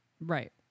Right